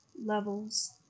levels